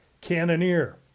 Cannoneer